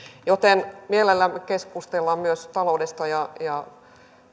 joten mielellämme keskustelemme myös taloudesta ja